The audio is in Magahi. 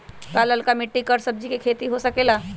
का लालका मिट्टी कर सब्जी के भी खेती हो सकेला?